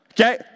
Okay